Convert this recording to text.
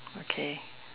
okay